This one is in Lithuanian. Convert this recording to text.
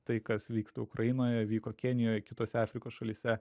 tai kas vyksta ukrainoje vyko kenijoj kitose afrikos šalyse